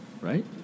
Right